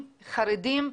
חרדים,